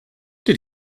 did